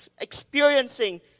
experiencing